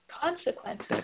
Consequences